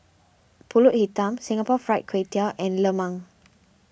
Pulut Hitam Singapore Fried Kway Tiao and Lemang